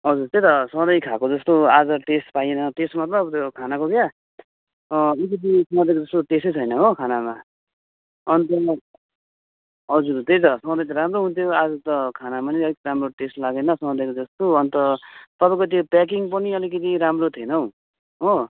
हजुर त्यही त सधैँ खाएको जस्तो आज टेस्ट पाइएन टेस्ट मतलब त्यो खानाको क्या अलिकति सधैँको जस्तो टेस्टै छैन हो खानामा अन्त हजुर त्यही त सधैँ त राम्रो हुन्थ्यो आज त खाना पनि अलिक राम्रो टेस्ट लागेन सधैँको जस्तो अन्त तपाईँको त्यो प्याकिङ पनि अलिकति राम्रो थिएन हौ हो